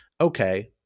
okay